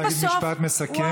אפשר להגיד משפט מסכם?